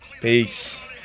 Peace